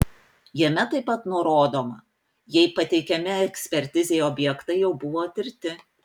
jame taip pat nurodoma jei pateikiami ekspertizei objektai jau buvo tirti